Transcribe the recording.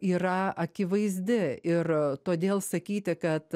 yra akivaizdi ir todėl sakyti kad